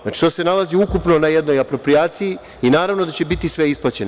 Znači, to se nalazi ukupno na jednoj aproprijaciji i naravno da će biti sve isplaćeno.